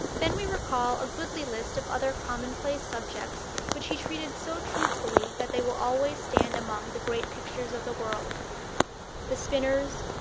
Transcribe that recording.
then we recall a goodly list of other commonplace subjects which he treated so truthfully that they will always stand among the great pictures of the world the spinners,